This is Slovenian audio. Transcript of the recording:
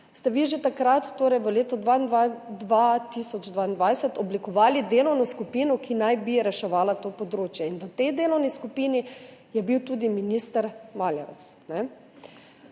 ste vi že takrat, torej v letu 2022, oblikovali delovno skupino, ki naj bi reševala to področje in v tej delovni skupini je bil tudi minister Maljevac.